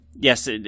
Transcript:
Yes